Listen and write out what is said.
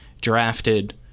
drafted